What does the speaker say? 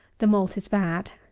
the malt is bad.